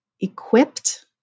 equipped